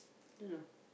no no